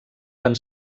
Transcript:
van